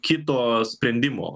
kito sprendimo